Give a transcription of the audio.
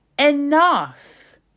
enough